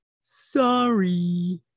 Sorry